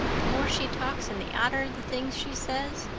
the more she talks and the odder the things she says,